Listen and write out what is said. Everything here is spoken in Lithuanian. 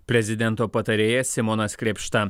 prezidento patarėjas simonas krėpšta